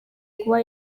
kuba